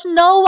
no